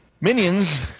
Minions